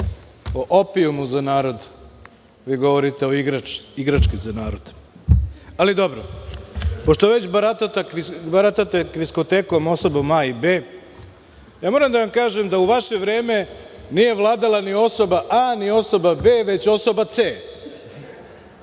o opijumu za narod, a vi govorite o igrački za narod. Pošto već baratate kviskotekom, osobom A, osobom B, moram da vam kažem da u vaše vreme nije vladala ni osoba A, ni osoba B, već osoba C,